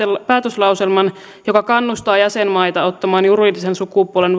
päätöslauselman joka kannustaa jäsenmaita ottamaan juridisen sukupuolen